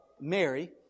Mary